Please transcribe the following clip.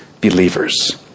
believers